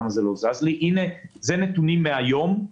אלה נתונים מהיום.